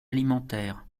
alimentaire